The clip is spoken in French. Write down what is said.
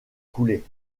coulés